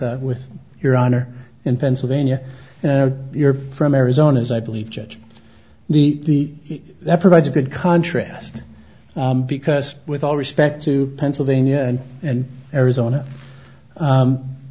with your honor in pennsylvania and you're from arizona as i believe that the that provides a good contrast because with all respect to pennsylvania and and arizona